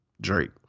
Drake